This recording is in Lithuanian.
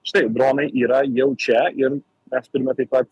štai dronai yra jau čia ir mes turime taip pat